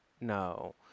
no